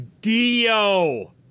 Dio